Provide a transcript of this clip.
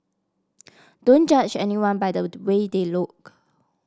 don't judge anyone by the way they look